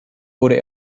wurde